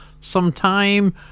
sometime